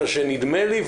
נדמה לי,